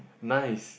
nice